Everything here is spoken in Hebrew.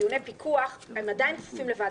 דיוני פיקוח עדיין כפופים לוועדת ההסכמות.